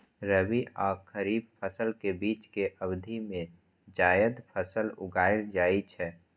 रबी आ खरीफ फसल के बीच के अवधि मे जायद फसल उगाएल जाइ छै